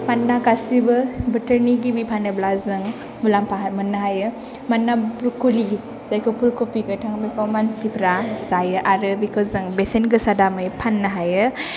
मानोना गासिबो बोथोरनि गिबि फानोब्ला जों मुलाम्फा मोन्नो हायो मानोना ब्रकलि जायखौ फुलकभि गोथां बेखौ मानसिफ्रा जायो आरो बेखौ जों बेसेन गोसा दामै फान्नो हायो